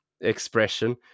expression